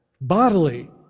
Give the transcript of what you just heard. Bodily